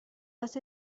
was